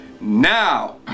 Now